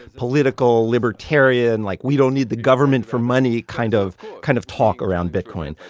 political, libertarian, like, we don't need the government for money kind of kind of talk around bitcoin.